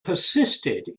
persisted